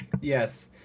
Yes